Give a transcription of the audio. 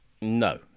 No